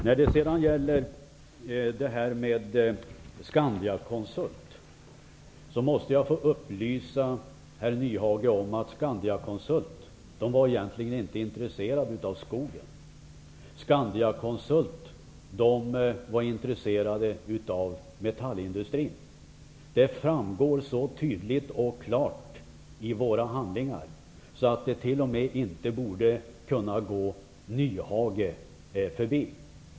När det sedan gäller Scandiaconsult måste jag få upplysa herr Nyhage om att Scandiaconsult egentligen inte var intresserade av skogen. Scandiaconsult var intresserade av metallindustrin. Det framgår så tydligt och klart i våra handlingar att det inte borde kunna gå ens Hans Nyhage förbi.